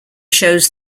shows